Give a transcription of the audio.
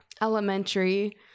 elementary